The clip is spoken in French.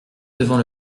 devant